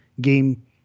game